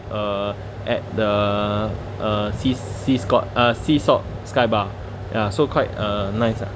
uh at the uh sea sea scot~ uh sea salt sky bar ya so quite uh nice ah